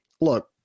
look